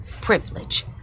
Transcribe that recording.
privilege